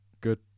good